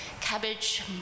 cabbage